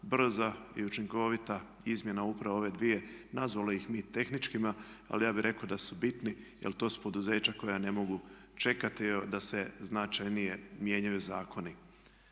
brza i učinkovita izmjena upravo ove dvije nazvali ih mi tehničkima, ali ja bi rekao da su bitni jel to su poduzeća koja ne mogu čekati da se značajnije mijenjaju zakoni.